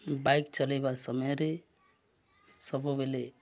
bike ଚଲେଇବା ସମୟରେ ସବୁବେଲେ